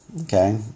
Okay